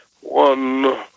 One